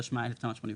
התשמ"ה-1985,